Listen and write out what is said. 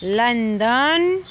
London